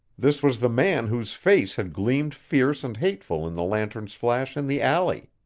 this was the man whose face had gleamed fierce and hateful in the lantern's flash in the alley.